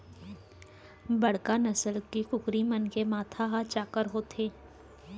बड़का नसल के कुकरी मन के माथा ह चाक्कर होथे